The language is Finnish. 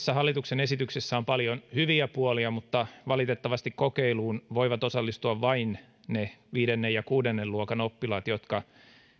hallituksen esityksessä on paljon hyviä puolia mutta valitettavasti kokeiluun voivat osallistua vain ne viidennen ja kuudennen luokan oppilaat jotka